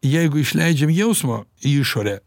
jeigu išleidžiam jausmo į išorę